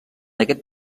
aquest